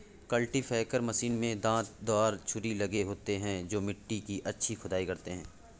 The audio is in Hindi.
कल्टीपैकर मशीन में दांत दार छुरी लगे होते हैं जो मिट्टी की अच्छी खुदाई करते हैं